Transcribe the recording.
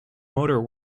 motor